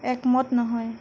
একমত নহয়